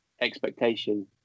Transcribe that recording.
expectation